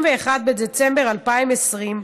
עד 31 בדצמבר 2020,